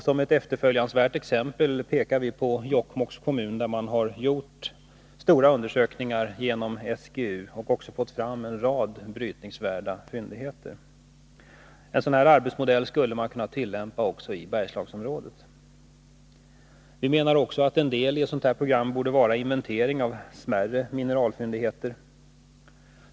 Som ett efterföljansvärt exempel pekar vi på Jokkmokks kommun, där SGU har gjort stora undersökningar och fått fram en rad brytningsvärda fyndigheter. En sådan arbetsmodell skulle man kunna tillämpa också i Bergslagsområdet. Vi menar också att en del i ett sådant program borde vara inventering av smärre mineralfyndigheter.